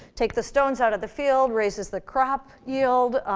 take the stones out of the fields, raises the crop yield,